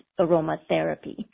aromatherapy